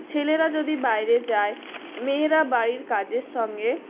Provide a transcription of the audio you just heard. ছেলেরা যদি বাইরে যায় মেয়েরা বাড়ির কাজের সঙ্গে